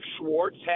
Schwartz